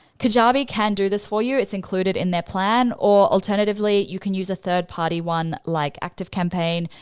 kajabi can do this for you, it's included in their plan or alternatively, you can use a third party one like activecampaign,